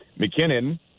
McKinnon